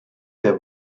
der